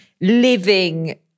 living